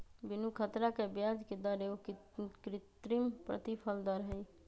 बीनू ख़तरा के ब्याजके दर एगो कृत्रिम प्रतिफल दर हई